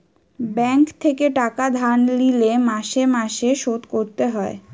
bank থেকে টাকা ধার লিলে মাসে মাসে শোধ করতে হয়